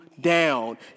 down